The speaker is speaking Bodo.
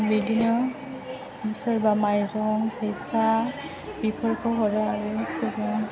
बिदिनो सोरबा माइरं फैसा बेफोरखौ हरो आरो सोरबा